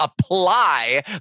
apply